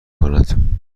کند